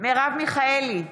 מרב מיכאלי,